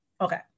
Okay